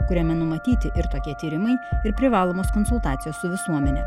kuriame numatyti ir tokie tyrimai ir privalomos konsultacijos su visuomene